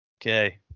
Okay